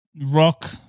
rock